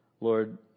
Lord